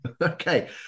Okay